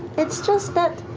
it's just that,